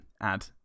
add